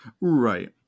right